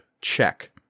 check